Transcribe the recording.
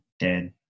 dead